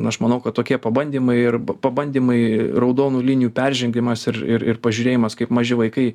aš manau kad tokie pabandymai ir pabandymai raudonų linijų peržengimas ir ir pažiūrėjimas kaip maži vaikai